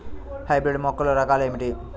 Hybrid మొక్కల రకాలు ఏమిటి?